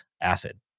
acid